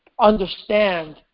understand